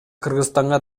кыргызстанга